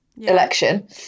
Election